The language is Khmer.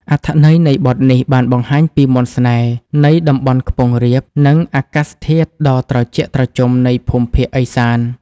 អត្ថន័យនៃបទនេះបានបង្ហាញពីមន្តស្នេហ៍នៃតំបន់ខ្ពង់រាប និងអាកាសធាតុដ៏ត្រជាក់ត្រជុំនៃភូមិភាគឦសាន។